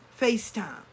FaceTime